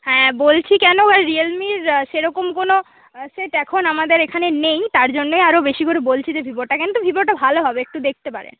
হ্যাঁ বলছি কেন রিয়েলমির সেরকম কোনো সেট আমাদের এখানে নেই তার জন্যই আরো বেশি করে বলছি যে ভিভোটা কিন্তু ভিভোটা ভালো হবে একটু দেখতে পারেন